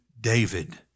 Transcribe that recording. David